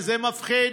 וזה מפחיד.